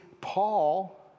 Paul